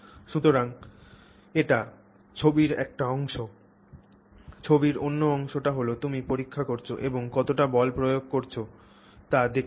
সুতরাং এটি ছবির একটি অংশ ছবির অন্য অংশটি হল তুমি পরীক্ষা করছ এবং কতটা বল প্রয়োগ করছ তা দেখতে পাও